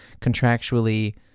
contractually